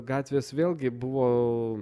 gatvės vėlgi buvo